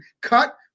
cut